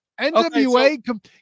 NWA